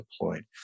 deployed